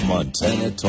Montana